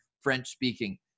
French-speaking